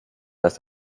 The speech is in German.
dass